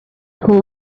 who